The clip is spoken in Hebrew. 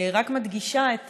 רק מדגישה את